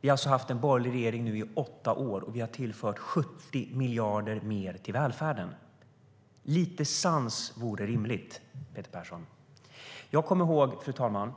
Vi har alltså nu haft en borgerlig regering i åtta år, och vi har tillfört 70 miljarder mer till välfärden. Lite sans vore rimligt, Peter Persson. Fru talman!